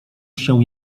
się